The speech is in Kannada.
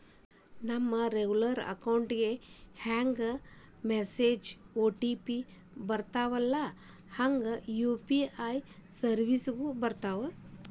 ನಮ ರೆಗ್ಯುಲರ್ ಅಕೌಂಟ್ ಗೆ ಹೆಂಗ ಮೆಸೇಜ್ ಒ.ಟಿ.ಪಿ ಬರ್ತ್ತವಲ್ಲ ಹಂಗ ಯು.ಪಿ.ಐ ಸೆರ್ವಿಸ್ಗು ಬರ್ತಾವ